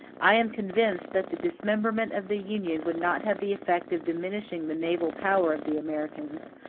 i am convinced that the dismemberment of the union would not have the effect of diminishing the naval power of the americans,